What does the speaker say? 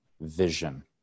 vision